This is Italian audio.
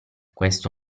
questo